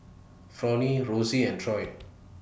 Fronnie Rosey and Troy